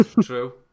true